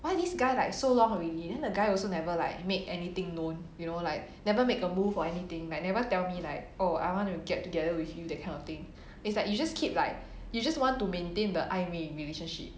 why this guy like so long already then the guy also never like make anything known you know like never make a move or anything like never tell me like oh I want to get together with you that kind of thing it's like you just keep like you just want to maintain the 暧昧 relationship